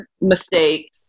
mistake